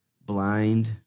blind